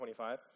25